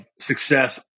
success